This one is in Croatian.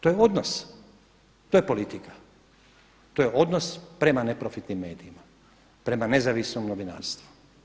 To je odnos, to je politika, to je odnos prema neprofitnim medijima, prema nezavisnom novinarstvu.